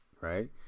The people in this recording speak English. right